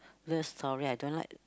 love story I don't like